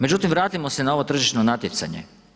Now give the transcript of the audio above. Međutim vratimo se na ovo tržišno natjecanje.